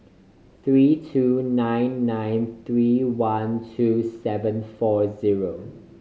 three two nine nine three one two seven four zero